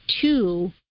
two